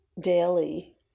daily